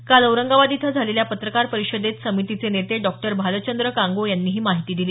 काल औरंगाबाद इथं झालेल्या पत्रकार परिषदेत समितीचे नेते डॉ भालचंद्र कांगो यांनी ही माहिती दिली